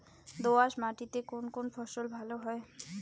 দোঁয়াশ মাটিতে কোন কোন ফসল ভালো হয়?